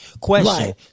Question